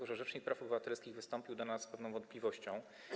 Otóż rzecznik praw obywatelskich wystąpił do nas z pewną wątpliwością.